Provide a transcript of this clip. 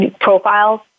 profiles